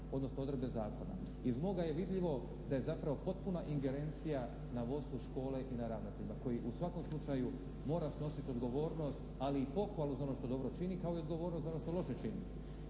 odnosno odredbe zakona. Iz ovoga je vidljivo da je zapravo potpuna ingerencija na vodstvu škole i na ravnatelju koji u svakom slučaju mora snosit odgovornost ali i pohvalu za ono što dobro čini kao i odgovornost za ono što loše čini.